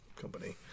company